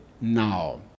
now